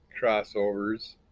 crossovers